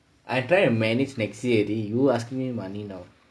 I try many already you asking me money now